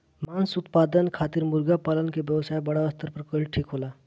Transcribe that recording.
मांस उत्पादन खातिर मुर्गा पालन क व्यवसाय बड़ा स्तर पर कइल ठीक होला